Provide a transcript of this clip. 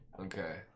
Okay